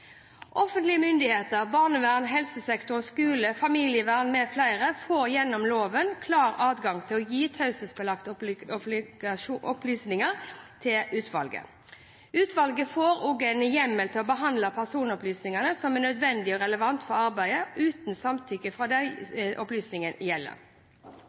Offentlige myndigheter – barnevernet, helsesektoren, skolen, familievernet med flere – får gjennom loven klar adgang til å gi taushetsbelagte opplysninger til utvalget. Utvalget får også hjemmel til å behandle personopplysninger som er nødvendige og relevante for arbeidet, uten samtykke fra dem opplysningene gjelder.